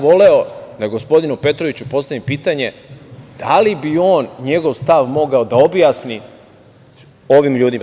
Voleo bih da gospodinu Petroviću postavim pitanje da li bi on, njegov stav mogao da objasni ovim ljudima.